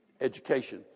education